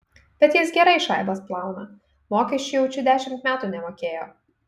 bet jis gerai šaibas plauna mokesčių jaučiu dešimt metų nemokėjo